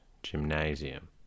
gymnasium